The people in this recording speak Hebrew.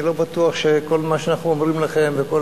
אני לא בטוח שכל מה שאנחנו אומרים לכם וכל